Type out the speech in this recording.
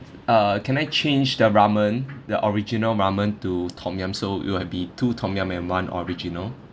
uh can I change the ramen the original ramen to tom yum so it will be two tom yum and one original